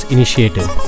Initiative